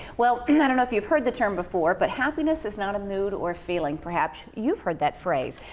well, and i don't know if you've heard the term before, but happiness is not a mood or a feeling. perhaps you've heard that phrase.